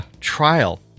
trial